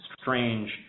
strange